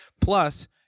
Plus